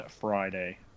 friday